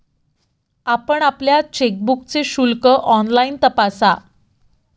आपण आपल्या चेकबुकचे शुल्क ऑनलाइन तपासा